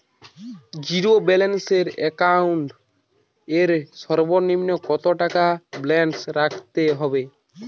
Zero balance account এর সর্বনিম্ন কত টাকা ব্যালেন্স রাখতে হবে?